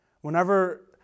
whenever